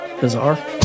Bizarre